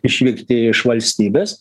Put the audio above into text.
išvykti iš valstybės